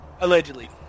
Allegedly